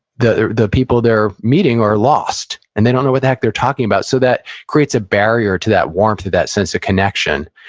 the the people they're meeting, are lost, and they don't know what the heck they're talking about. so, that creates a barrier to that warmth, to that sense of connection.